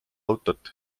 autot